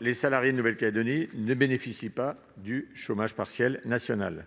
Les salariés en Nouvelle-Calédonie ne bénéficient pas du chômage partiel national.